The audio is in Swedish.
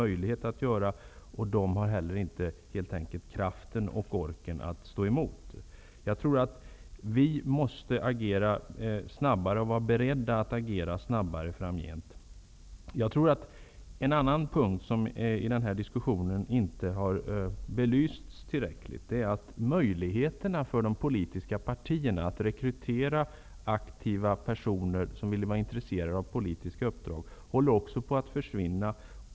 Medborgarna har helt enkelt inte kraft och ork att stå emot. Vi i riksdagen måste vara beredda att agera snabbare framgent. Det finns en annan punkt som inte har belysts tillräckligt i diskussionen, nämligen att möjligheterna för de politiska partierna att rekrytera aktiva personer som är intresserade av politiska uppdrag håller på att försvinna.